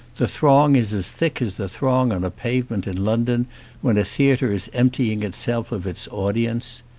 the throng is as thick as the throng on a pavement in london when a theatre is emptying itself of its audience.